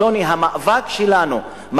שוני המאבק שלנו,